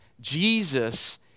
Jesus